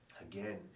again